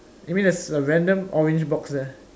you mean there's a random orange box there